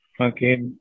Okay